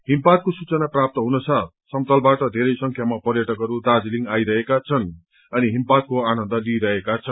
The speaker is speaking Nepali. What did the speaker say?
हिमपातको सूचना प्राप्त हुनसाथ पर्यटकहरू समतलबाट बेरै संख्यामा पर्यटकहरू दार्जीलिङ आइरहेका छन् अनि हिमपातको आनन्द लिइरहेका छन्